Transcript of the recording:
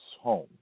home